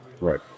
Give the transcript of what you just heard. Right